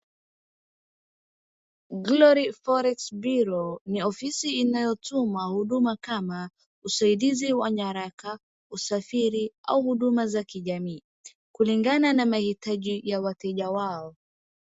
Glory Forex Bureau ni ofisi inayotuma huduma kama, husaidizi wa nyaraka, usafiri au huduma za kijamii, kulingana na maitaji ya wateja wao.